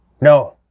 No